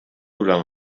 durant